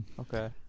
Okay